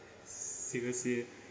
seriously